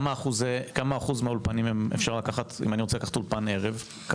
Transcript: אם אני רוצה לקחת אולפן ערב באחוזים,